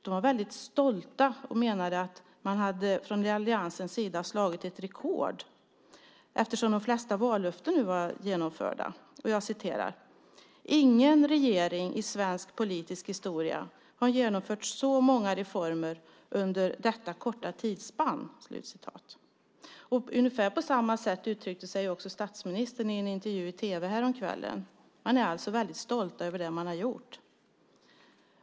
De var mycket stolta och menade att man från alliansens sida hade slagit rekord eftersom de flesta vallöften nu var genomförda och att ingen regering i svensk politisk historia hade genomfört så många reformer under så kort tidsspann. Ungefär på samma sätt uttryckte sig statsministern i en intervju i tv häromkvällen. Man är alltså mycket stolt över det man har gjort.